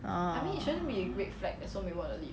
ah